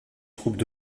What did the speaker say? troupes